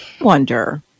wonder